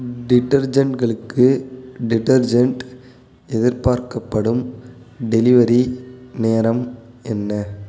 டிடர்ஜெண்ட்களுக்கு detergent எதிர்பார்க்கப்படும் delivery நேரம் என்ன